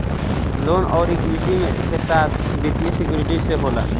loan अउर equity के साथ वित्तीय सिक्योरिटी से होला